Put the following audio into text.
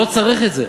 לא צריך את זה.